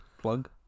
Plug